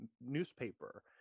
newspaper